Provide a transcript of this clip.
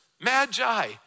magi